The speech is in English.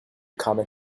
comic